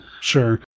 sure